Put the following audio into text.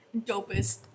dopest